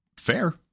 Fair